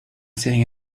sitting